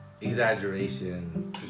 Exaggeration